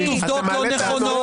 אתה מעלה עובדות לא נכונות,